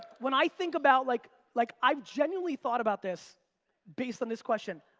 when i think about like, like i've genuinely thought about this based on this question.